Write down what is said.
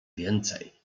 więcej